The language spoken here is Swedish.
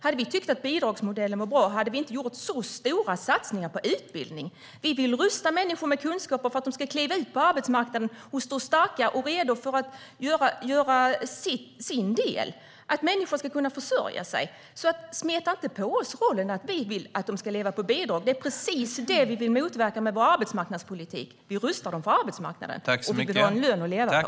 Hade vi tyckt att bidragsmodellen var bra hade vi inte gjort så stora satsningar på utbildning. Vi vill rusta människor med kunskaper för att de ska kliva ut på arbetsmarknaden och stå starka och redo att göra sin del. Det handlar om att människor ska kunna försörja sig. Smeta alltså inte på oss rollen att vi vill att människor ska leva på bidrag! Det är precis det vi vill motverka med vår arbetsmarknadspolitik. Vi rustar människor för arbetsmarknaden, och de ska ha en lön att leva på.